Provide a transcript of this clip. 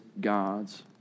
God's